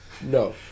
No